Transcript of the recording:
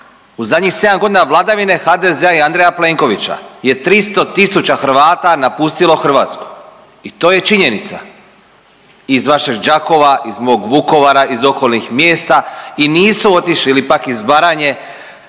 U zadnjih 7 godina vladavine HDZ-a i Andreja Plenkovića je 300 tisuća Hrvata napustilo Hrvatsku i to je činjenica. Iz vašeg Đakova, iz mog Vukovara iz okolnih mjesta i nisu otišli ili pak iz Baranje